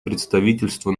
представительство